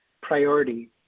priority